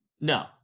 No